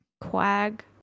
quag